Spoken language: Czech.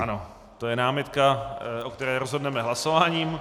Ano, to je námitka, o které rozhodneme hlasováním.